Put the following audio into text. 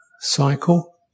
cycle